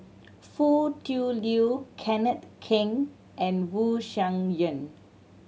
Foo Tui Liew Kenneth Keng and Wu Tsai Yen